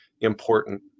important